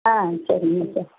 ஆ சரிங்க சார்